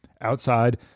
outside